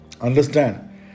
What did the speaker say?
understand